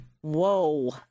Whoa